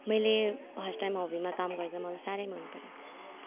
मैले first time हबीमा काम गर्दा मलाई साह्रै मनपऱ्यो